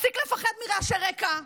תפסיק לפחד מרעשי רקע,